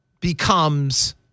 becomes